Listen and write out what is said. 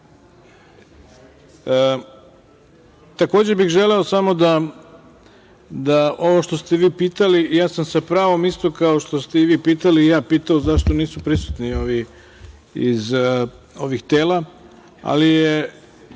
bih želeo samo da ovo što ste vi pitali, ja sam sa pravom, isto kao što ste i vi pitali i ja pitao zašto nisu prisutni ovi iz ovih tela, ali je